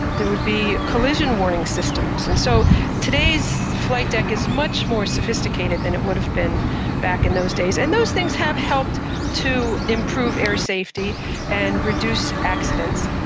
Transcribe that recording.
there would be collision warning systems. and so today's flightdeck is much more sophisticated than it would have been back in those days, and those things have helped to improve air safety and reduce accidents.